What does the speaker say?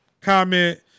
comment